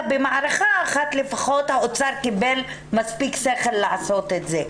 במערכה אחת לפחות האוצר קיבל מספיק שכל לעשות את זה.